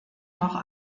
noch